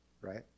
Right